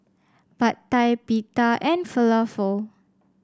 Pad Thai Pita and Falafel